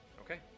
Okay